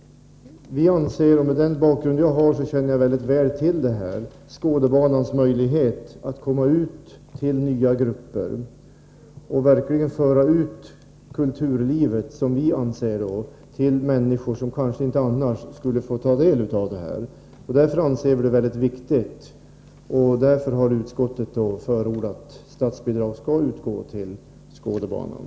Med den bakgrund jag har känner jag väldigt väl till Skådebanans möjligheter att nå ut till nya grupper och verkligen föra ut kulturlivet till människor som annars kanske inte skulle få del av denna verksamhet. Vi anser detta vara väldigt viktigt, och utskottet har därför förordat att statsbidrag skall utgå till Skådebanan.